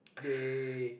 they